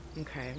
Okay